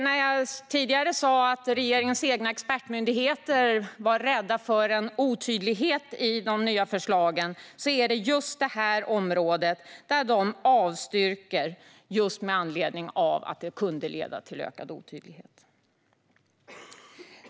När jag tidigare sa att regeringens egna expertmyndigheter var rädda för otydlighet i de nya förslagen är det på just detta område som de avstyrker med anledning av att det kan leda till ökad otydlighet.